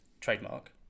trademark